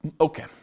Okay